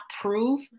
prove